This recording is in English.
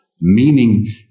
meaning